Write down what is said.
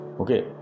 Okay